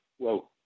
Whoa